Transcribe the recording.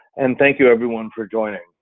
and thank you everyone for joining.